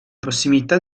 prossimità